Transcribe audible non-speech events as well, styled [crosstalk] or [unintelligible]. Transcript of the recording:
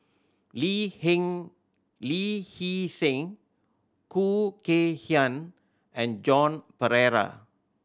Lee [unintelligible] Lee Hee Seng Khoo Kay Hian and Joan Pereira